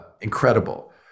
Incredible